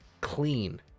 Clean